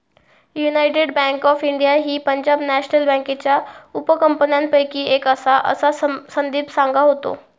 United bank of India ही Punjab national बँकेच्या उपकंपन्यांपैकी एक आसा, असा संदीप सांगा होतो